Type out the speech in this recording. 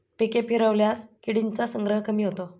पिके फिरवल्यास किडींचा संग्रह कमी होतो